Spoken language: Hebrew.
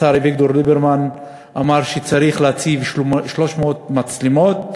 השר אביגדור ליברמן אמר שצריך להציב 300 מצלמות,